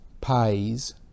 pays